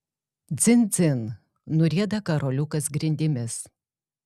dzin dzin nurieda karoliukas grindimis